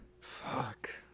Fuck